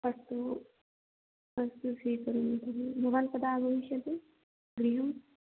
अस्तु अस्तु स्वीकरोमि तर्हि भवान् कदा आगमिष्यति गृहम्